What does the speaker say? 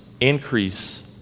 increase